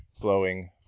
flowing